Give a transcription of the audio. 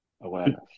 awareness